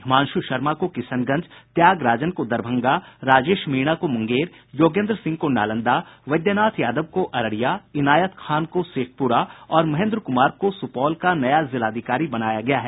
हिमांशु शर्मा को किशनगंज त्याग राजन को दरभंगा राजेश मीणा को मुंगेर योगेन्द्र सिंह को नालंदा बैद्यनाथ यादव को अररिया इनायत खान को शेखपुरा और महेन्द्र क्रमार को सूपौल का जिलाधिकारी बनाया गया है